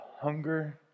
hunger